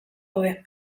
daude